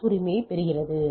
S உரிமையைப் பெறுகிறது